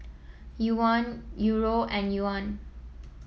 Yuan Euro and Yuan